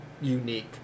unique